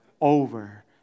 over